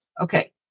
Okay